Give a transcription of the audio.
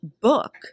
book